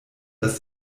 das